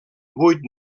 vuit